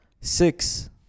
six